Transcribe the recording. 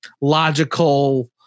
logical